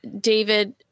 David